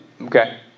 Okay